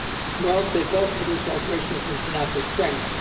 well, they both produce alterations in synaptic strength,